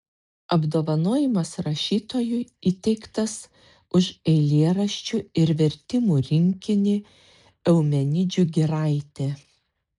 apdovanojimas rašytojui įteiktas už eilėraščių ir vertimų rinkinį eumenidžių giraitė